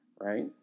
right